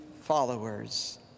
followers